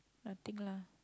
nothing lah